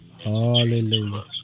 Hallelujah